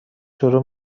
شروع